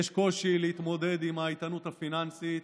יש קושי להתמודד עם האיתנות הפיננסית.